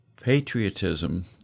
Patriotism